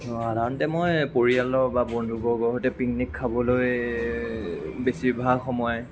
অঁ সাধাৰণতে মই পৰিয়ালৰ বা বন্ধুবৰ্গৰ সৈতে পিকনিক খাবলৈ বেছিভাগ সময়